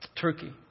Turkey